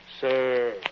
Sir